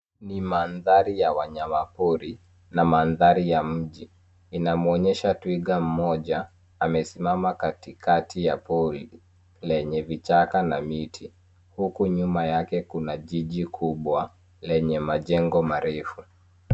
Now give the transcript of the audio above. Ni mandhari ya wanyama pori a mandhari ya mji inamwonyesha twiga mmoja amesimama katikati ya pori lenye vichaka na miti, huku nyuma yake kuna jiji kubwa enye majengo marefu.